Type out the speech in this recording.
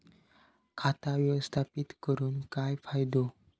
खाता व्यवस्थापित करून काय फायदो?